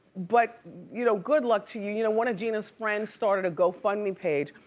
but you know good luck to you. you know one of genea's friends started a gofundme page.